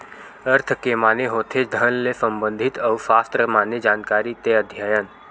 अर्थ के माने होथे धन ले संबंधित अउ सास्त्र माने जानकारी ते अध्ययन